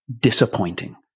disappointing